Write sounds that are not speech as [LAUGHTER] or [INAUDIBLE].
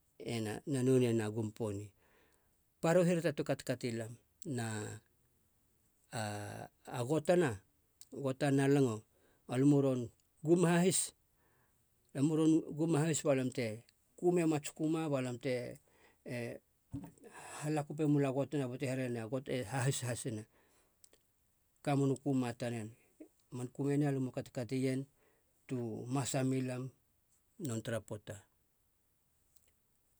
Ena na nonei na gum poni. Paru hirata ti katikati lam na a- a- a gotana gotana langa, alamu ron gum hahis alam u ron gum hahis balam te kumema ats kuma balam te- e [NOISE] halakope mula gotana bate herenea a got e hahis hasina. Kamenu kuma tanen, man kume ni alam u katokaeien tu masa melam nonei tara poata.